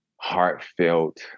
heartfelt